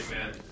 Amen